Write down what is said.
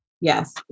Yes